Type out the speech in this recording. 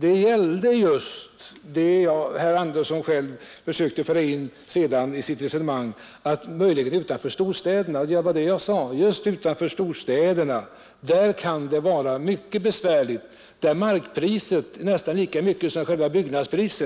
gällde just utanför storstäderna, vilket herr Andersson själv försökte föra in i sitt resonemang. Jag sade att just utanför storstäderna kan det vara mycket besvärligt. Själva markpriset är nästan lika högt som byggnadspriset.